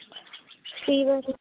fever